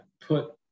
put